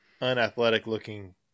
unathletic-looking